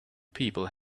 people